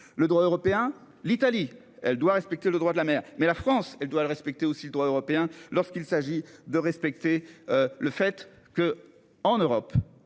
Le droit européen, l'Italie, elle doit respecter le droit de la mer, mais la France elle doit le respecter aussi le droit européen lorsqu'il s'agit de respecter le fait que, en Europe